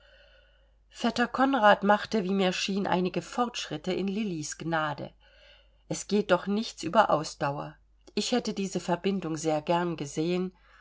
vetter konrad machte wie mir schien einige fortschritte in lillis gnade es geht doch nichts über ausdauer ich hätte diese verbindung sehr gern gesehen